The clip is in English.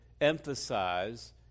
emphasize